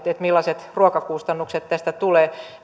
millaiset ruokakustannukset tästä tulee